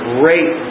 great